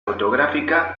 fotográfica